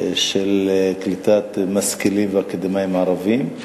של קליטת משכילים ואקדמאים ערבים.